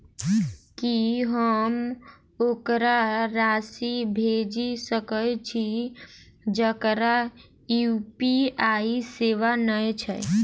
की हम ओकरा राशि भेजि सकै छी जकरा यु.पी.आई सेवा नै छै?